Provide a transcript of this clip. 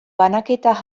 banaketa